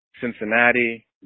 Cincinnati